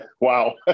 Wow